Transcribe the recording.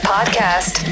Podcast